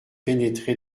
pénétré